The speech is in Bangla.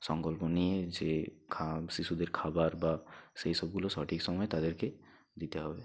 সংকল্প নিয়ে যে খা শিশুদের খাবার বা সেই সবগুলো সঠিক সময় তাদেরকে দিতে হবে